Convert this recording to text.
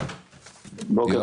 בבקשה.